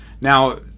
Now